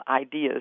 ideas